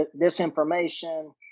disinformation